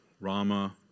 Rama